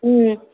ம்